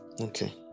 okay